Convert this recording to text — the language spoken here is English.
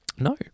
No